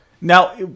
Now